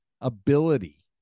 ability